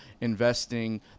investing